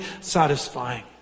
satisfying